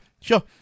Sure